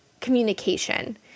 communication